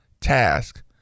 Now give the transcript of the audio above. task